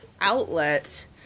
outlet